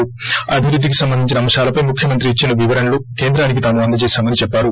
అభివృద్ధికి సంబంధించిన అంశాలపై ముఖ్యమంత్రి ఇచ్చిన వివరణలు కేంద్రానికి తాము అందచేశామని చెప్పారు